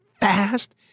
fast